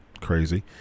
crazy